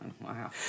Wow